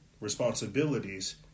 responsibilities